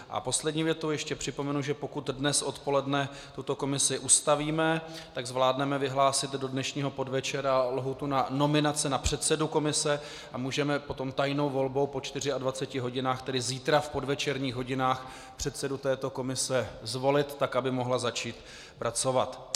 A poslední větou ještě připomenu, že pokud dnes odpoledne tuto komisi ustavíme, tak zvládneme vyhlásit do dnešního podvečera lhůtu na nominace na předsedu komise a můžeme potom tajnou volbou po 24 hodinách, tedy zítra v podvečerních hodinách, předsedu této komise zvolit tak, aby mohla začít pracovat.